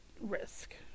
risk